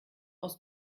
aus